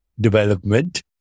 development